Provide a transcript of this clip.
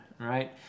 right